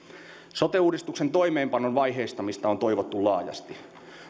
sote uudistuksen toimeenpanon vaiheistamista on toivottu laajasti